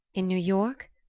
in new york?